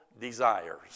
desires